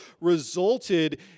resulted